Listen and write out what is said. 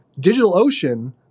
DigitalOcean